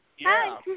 Hi